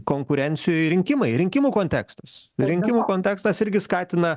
konkurencijoj rinkimai rinkimų kontekstas rinkimų kontekstas irgi skatina